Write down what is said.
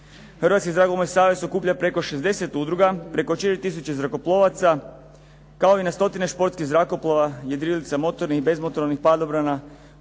Hrvatski zrakoplovni savez okuplja preko 60 udruga, preko 4 tisuće zrakoplovaca, kao i na stotine športskih zrakoplova, jedrilica motornih i bezmotornih padobrana,